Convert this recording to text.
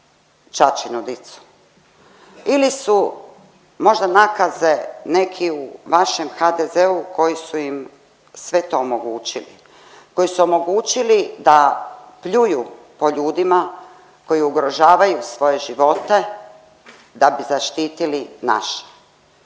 ćaćinu dicu ili su možda nakaze neki u vašem HDZ-u koji su im sve to omogućili? Koji su omogućili da pljuju po ljudima koji ugrožavaju svoje živote da bi zaštitili naše?